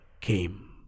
came